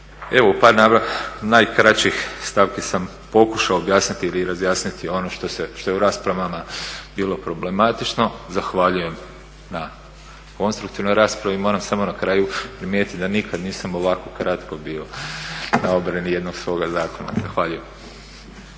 Evo u par najkraćih stavki sam pokušao objasniti ili razjasniti ono što je u raspravama bilo problematično. Zahvaljujem na konstruktivnoj raspravi. Moram samo na kraju primijetiti da nikada nisam ovako kratko bio na obrani jednog svoga zakona. Zahvaljujem.